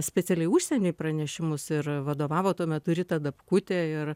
specialiai užsieniui pranešimus ir vadovavo tuo metu rita dapkutė ir